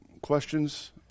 questions